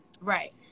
right